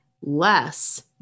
less